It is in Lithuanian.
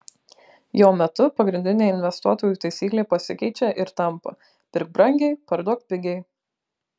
jo metu pagrindinė investuotojų taisyklė pasikeičia ir tampa pirk brangiai parduok pigiai